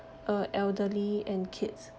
uh elderly and kids